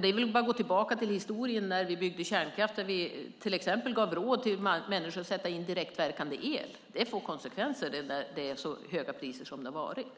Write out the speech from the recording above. Det är väl bara att gå tillbaka till hur det var när vi byggde kärnkraften. Vi gav till exempel råd till människor att sätta in direktverkande el. Det får konsekvenser när det är så höga priser som det har varit.